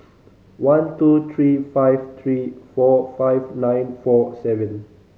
one two three five three four five nine four seven